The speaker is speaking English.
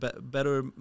better